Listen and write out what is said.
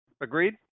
Agreed